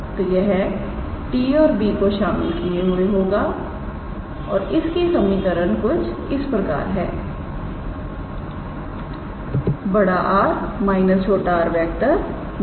तो यह 𝑡̂ और 𝑏̂ को शामिल किए हुए होगा और इसकी समीकरण कुछ इस प्रकार है 𝑅⃗ − 𝑟⃗ 𝑛̂ 0